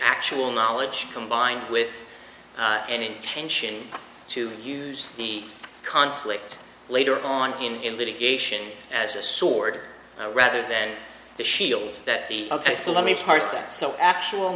actual knowledge combined with any intention to use the conflict later on in litigation as a sword rather then the shield that the ok so let me start that so actual